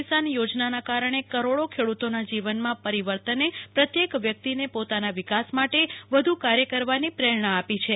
કિસાન યોજનાના કારણે કરોડોખેડૂતોના જીવનમાં પરિવર્તને પ્રત્યેક વ્યક્તિને પોતાના વિકાસ માટે વધુ કાર્યકરવાની પ્રેરણા આપી છે